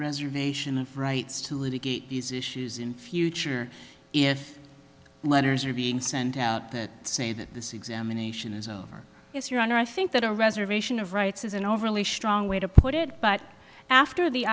reservation of rights to litigate these issues in future if letters are being sent out that say that this examination is over is your honor i think that a reservation of rights is an overly strong way to put it but after the